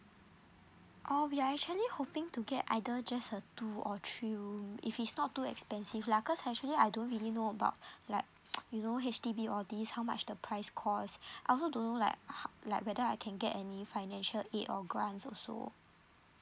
oh we are actually hoping to get either just a two or three room if it's not too expensive lah cause actually I don't really know about like you know H_D_B all these how much the price cost I also don't know like how like whether I can get any financial aid or grants also